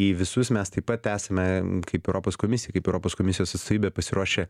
į visus mes taip pat esame kaip europos komisija kaip europos komisijos atstovybė pasiruošę